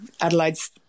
Adelaide's